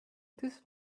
this